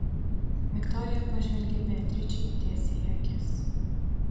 viktorija pažvelgė beatričei tiesiai į akis